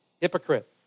Hypocrite